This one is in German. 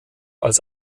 als